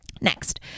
Next